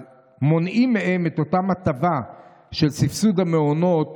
אז מונעים מהם את אותה הטבה של סבסוד המעונות,